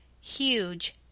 Huge